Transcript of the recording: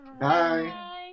Bye